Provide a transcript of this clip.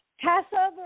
Passover